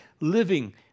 living